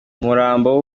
umurambo